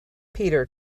peter